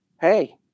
Hey